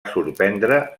sorprendre